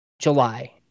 July